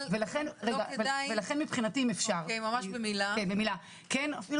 ולכן, מבחינתי, כן, אפילו